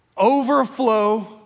overflow